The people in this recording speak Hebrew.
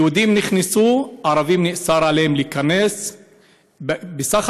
יהודים נכנסו, על ערבים נאסר להיכנס.